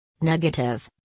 Negative